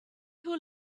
who